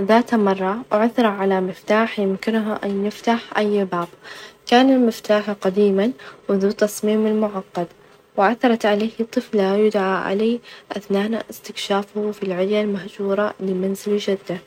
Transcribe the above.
ذات مرة عثر على مفتاح يمكنه أن يفتح أي باب، كان المفتاح قديمًا وذو تصميم معقد، وعثرت عليه طفلة يدعى علي أثناء استكشافه في العلية المهجورة لمنزل جدة،